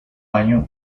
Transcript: año